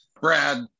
Brad